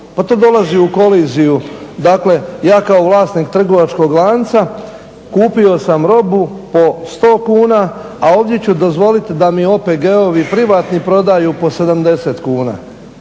pa to dolazi u koliziju dakle, ja kao vlasnik trgovačkog lanca kupio sam robu po sto kuna a ovdje ću dozvoliti da mi OPG-ovi privatni prodaju po 70 kuna